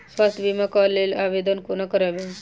स्वास्थ्य बीमा कऽ लेल आवेदन कोना करबै?